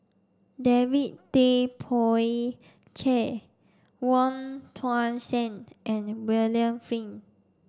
David Tay Poey Cher Wong Tuang Seng and William Flint